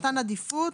"מתן עדיפות",